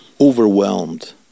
overwhelmed